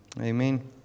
Amen